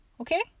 okay